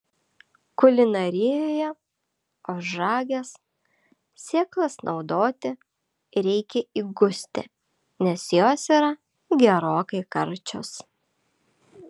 kulinarijoje ožragės sėklas naudoti reikia įgusti nes jos yra gerokai karčios